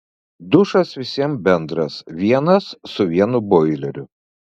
dušas visiems bendras vienas su vienu boileriu